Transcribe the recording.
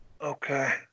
Okay